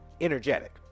energetic